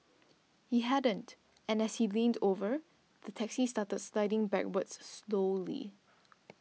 he hadn't and as he leaned over the taxi started sliding backwards slowly